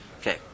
Okay